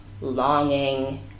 longing